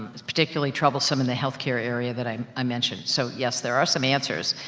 it's particularly troublesome in the health care area, that i i mentioned. so yes, there are some answers.